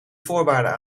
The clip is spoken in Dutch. voorwaarden